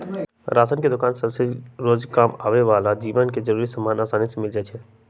ration के दोकान सभसे रोजकाम आबय बला के जीवन के जरूरी समान असानी से मिल जाइ छइ